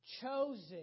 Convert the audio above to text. chosen